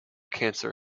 cancer